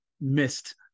missed